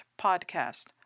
podcast